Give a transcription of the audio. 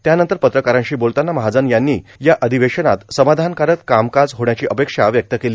त्यानंतर पत्रकारांशी बोलताना महाजन यांनी या अधिवेशनात समाधानकारक कामकाज होण्याची अपेक्षा व्यक्त केली